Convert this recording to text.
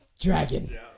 dragon